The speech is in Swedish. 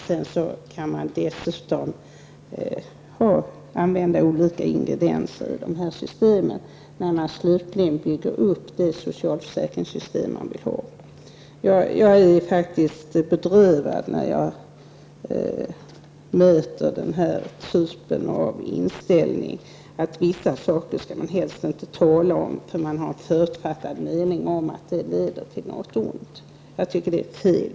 Dessutom kan man använda olika ingredienser i systemen, när man slutligen bygger upp det socialförsäkringssystem som man vill ha. Jag blir bedrövad när jag möter den typen av inställning att vissa saker skall man helst inte tala om, eftersom man har en förutfattad mening om att det leder till någonting ont. Jag tycker att det är fel.